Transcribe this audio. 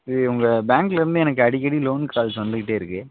இது உங்கள் பேங்க்கிலேருந்து எனக்கு அடிக்கடி லோன் கால்ஸ் வந்துக்கிட்டே இருக்குது